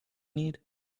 need